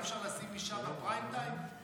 אי-אפשר לשים אישה בפריים טיים?